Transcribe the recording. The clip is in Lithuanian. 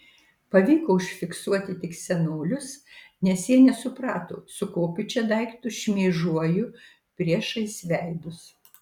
pavyko užfiksuoti tik senolius nes jie nesuprato su kokiu čia daiktu šmėžuoju priešais veidus